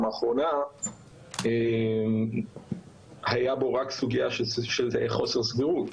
האחרונה הייתה בו רק סוגייה של חוסר סבירות,